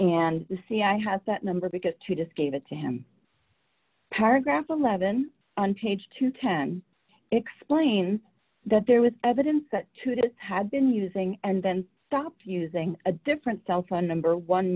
and see i had that number because to just gave it to him paragraph eleven on page two hundred and ten explain that there was evidence that today had been using and then stopped using a different cellphone number one